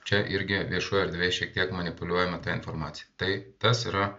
čia irgi viešoj erdvėj šiek tiek manipuliuojama informacija tai tas yra